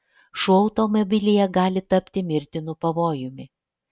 šuo automobilyje gali tapti mirtinu pavojumi